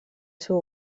seu